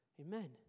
Amen